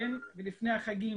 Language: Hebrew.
ולפני החגים,